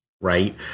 Right